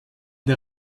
der